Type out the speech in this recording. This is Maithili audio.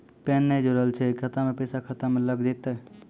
पैन ने जोड़लऽ छै खाता मे पैसा खाता मे लग जयतै?